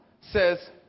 says